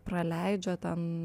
praleidžia ten